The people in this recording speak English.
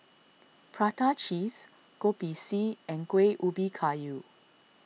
Prata Cheese Kopi C and Kueh Ubi Kayu